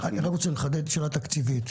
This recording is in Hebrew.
אני רוצה לחדד שאלה תקציבית.